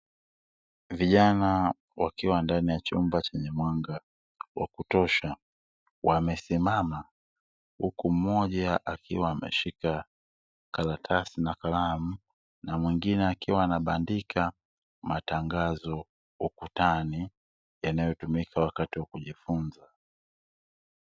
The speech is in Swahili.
Vijana wakiwa ndani ya chumba chenye mwanga wa kutosha wamesimama, huku mmoja akiwa ameshika karatasi na kalamu na mwingine akiwa anabandika matangazo ukutuni yanayotumika wakati wa kujifunza.